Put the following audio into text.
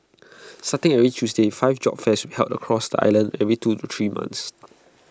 starting every Tuesday five job fairs will be held across the island every two to three months